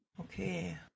Okay